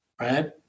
right